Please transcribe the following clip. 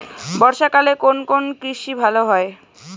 বর্ষা কালে কোন কোন কৃষি ভালো হয়?